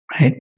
right